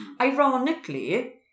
Ironically